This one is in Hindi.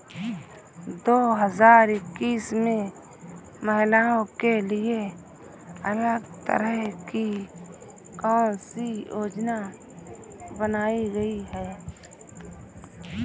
दो हजार इक्कीस में महिलाओं के लिए अलग तरह की कौन सी योजना बनाई गई है?